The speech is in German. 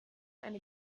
eine